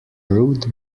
route